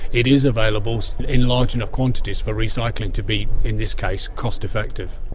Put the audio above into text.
it is available in large enough quantities for recycling to be, in this case, cost-effective.